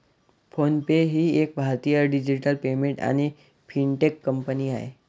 phone पे ही एक भारतीय डिजिटल पेमेंट आणि फिनटेक कंपनी आहे